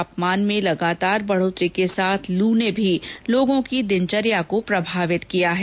तापमान में लगातार बढोतरी के साथ लू ने भी लोगों की दिनचर्या को प्रभावित किया है